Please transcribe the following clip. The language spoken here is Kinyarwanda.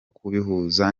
kubihuza